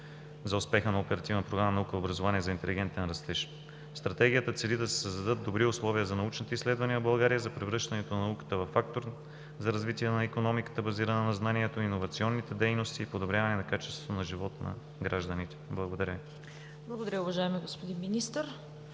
на Оперативна програма „Наука и образование за интелигентен растеж“. Стратегията цели да се създадат добри условия за научните изследвания в България и за превръщането на науката във фактор за развитие на икономиката, базирана на знанието, иновационните дейности и подобряването на качеството на живот на гражданите. Благодаря. ПРЕДСЕДАТЕЛ ЦВЕТА КАРАЯНЧЕВА: Благодаря, уважаеми господин Министър.